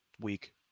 week